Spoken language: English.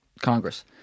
Congress